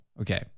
okay